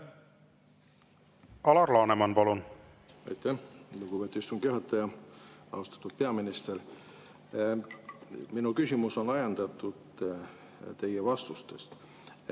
Alar Laneman, palun! Aitäh, lugupeetud istungi juhataja! Austatud peaminister! Minu küsimus on ajendatud teie vastustest.